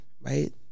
right